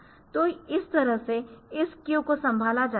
तो इस तरह से इस क्यू को संभाला जाता है